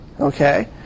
Okay